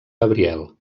gabriel